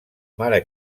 mare